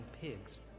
pigs